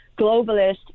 globalist